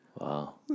Wow